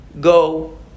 go